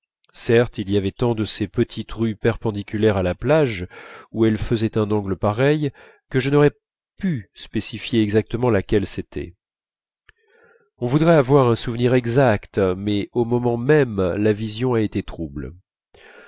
certes il y avait tant de ces petites rues perpendiculaires à la plage où elles faisaient un angle pareil que je n'aurais pu spécifier exactement laquelle c'était on voudrait avoir un souvenir exact mais au moment même la vision a été trouble